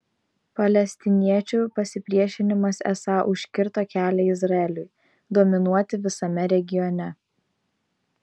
palestiniečių pasipriešinimas esą užkirto kelią izraeliui dominuoti visame regione